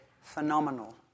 phenomenal